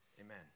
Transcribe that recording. amen